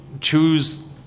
choose